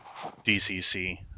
DCC